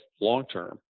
long-term